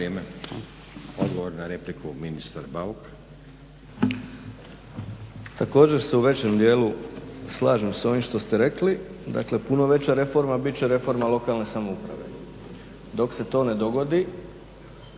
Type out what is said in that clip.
Također se u većem dijelu slažem sa ovim što ste rekli. Dakle, puno veća reforma bit će reforma lokalne samouprave. Dok se to ne dogodi